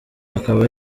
akaba